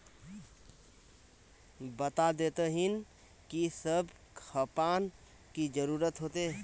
बता देतहिन की सब खापान की जरूरत होते?